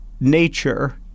nature